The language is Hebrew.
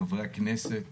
חברי הכנסת,